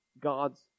God's